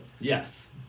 yes